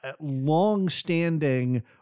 longstanding